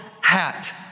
hat